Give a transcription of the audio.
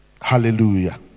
Hallelujah